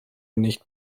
nicht